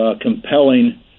compelling